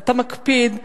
אתה מקפיד.